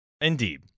Indeed